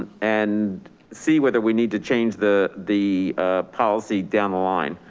and see whether we need to change the the policy down the line,